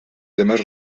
temes